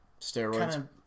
Steroids